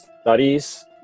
studies